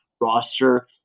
roster